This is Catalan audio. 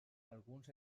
alguns